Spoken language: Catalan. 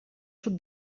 sud